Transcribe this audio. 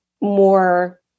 more